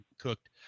cooked